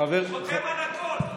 חותם על הכול,